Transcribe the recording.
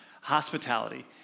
Hospitality